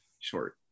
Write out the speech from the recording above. short